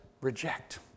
reject